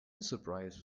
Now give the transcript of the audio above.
surprise